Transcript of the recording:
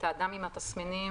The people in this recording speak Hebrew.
את "אדם עם תסמינים"